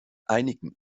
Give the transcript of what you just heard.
einigen